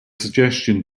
suggestion